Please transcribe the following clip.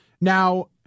Now